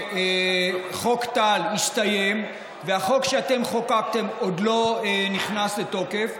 כשחוק טל הסתיים והחוק שאתם חוקקתם עוד לא נכנס לתוקף,